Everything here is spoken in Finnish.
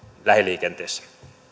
lähiliikenteessä